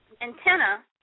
antenna